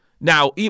Now